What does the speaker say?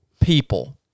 people